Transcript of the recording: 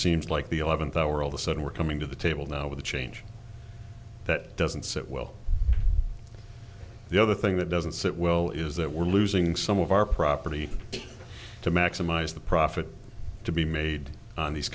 seems like the eleventh hour all the sudden we're coming to the table now with a change that doesn't sit well the other thing that doesn't sit well is that we're losing some of our property to maximize the profit to be made on these